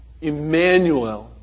Emmanuel